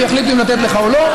ויחליטו אם לתת לך או לא.